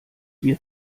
wir